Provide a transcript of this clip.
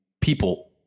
people